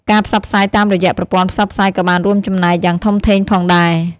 ការផ្សព្វផ្សាយតាមរយៈប្រព័ន្ធផ្សព្វផ្សាយក៏បានរួមចំណែកយ៉ាងធំធេងផងដែរ។